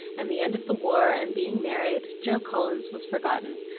and the end of the war, and being married, joe collins was forgotten,